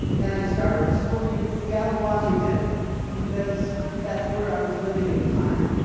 and i started the story in seattle, washington because that's where i was living at the time.